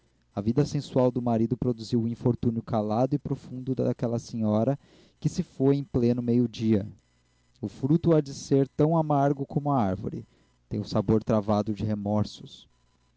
a vida sensual do marido produziu o infortúnio calado e profundo daquela senhora que se foi em pleno meio-dia o fruto há de ser tão amargo como a árvore tem o sabor travado de remorsos